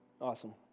awesome